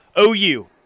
OU